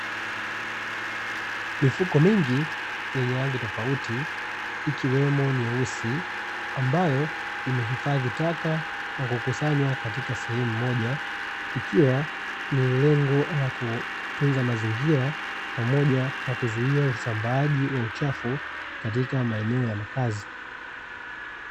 Mfuko mingi yenye rangi tofauti ikiwemo nyeusi ambayo imehifadhi taka na kukusanywa katika sehemu moja na ikiwa ni lengo ya kutunza mazingira pamoja na kuzuia usambaaji wa uchafu katika maeneo ya makazi